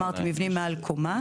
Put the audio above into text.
אמרתי, מבנים מעל קומה.